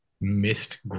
missed